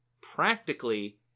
Practically